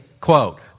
quote